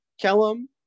Kellum